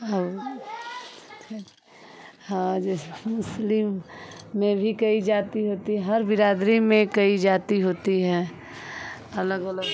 अब हाँ जैसे मुस्लिम में भी कई जाति होती है हर बिरादरी में कई जाति होती है अलग अलग